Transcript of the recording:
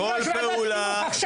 יושב-ראש ועדת חינוך,